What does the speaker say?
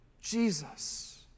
Jesus